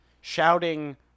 Shouting